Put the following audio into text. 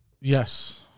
Yes